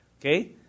okay